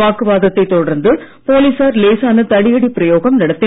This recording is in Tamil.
வாக்குவாதத்தைத் தொடர்ந்து போலீசார் லேசான தடியடிப் பிரயோகம் நடத்தினர்